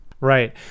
Right